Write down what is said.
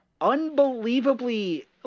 unbelievably